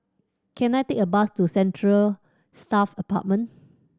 can I take a bus to Central Staff Apartment